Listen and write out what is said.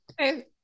Okay